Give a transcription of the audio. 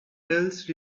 else